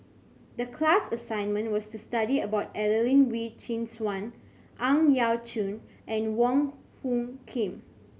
the class assignment was to study about Adelene Wee Chin Suan Ang Yau Choon and Wong Hung Khim